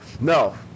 No